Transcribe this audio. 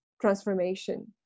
transformation